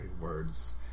Words